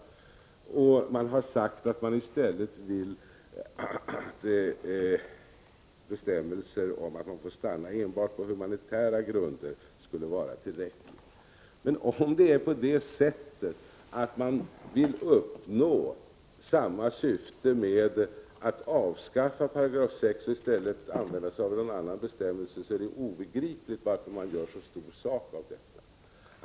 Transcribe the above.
Moderaterna har sagt att bestämmelsen om att man kan få stanna enbart på humanitära grunder skulle vara tillräcklig. Men om man vill uppnå samma syfte genom att avskaffa 6 § och i stället vill använda sig av en annan bestämmelse, är det obegripligt varför moderaterna gör så stor sak av detta.